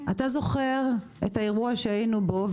אתה זוכר את האירוע שהיינו בו,